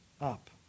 up